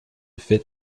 fit